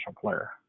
player